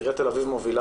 עיריית תל אביב מובילה,